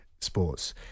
sports